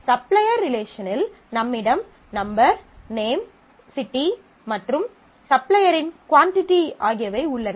supplier ரிலேஷனில் நம்மிடம் number name city மற்றும் சப்ளையரின் quantity number name city supplier's quantity ஆகியவை உள்ளன